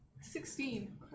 Sixteen